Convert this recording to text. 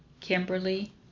Kimberly